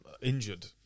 injured